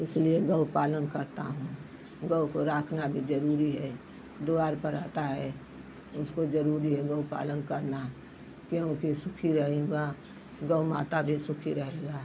इसलिए गौ पालन करता हूँ गौ को राखना भी जरूरी है द्वार पर रहता है उसको जरूरी है गौ पालन करना क्योंकि सुखी रहूँगा गौ माता भी सुखी रहेगा